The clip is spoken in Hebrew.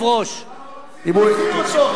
אבל מוציאים אותו,